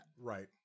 Right